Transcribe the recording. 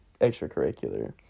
extracurricular